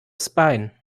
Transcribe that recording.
spine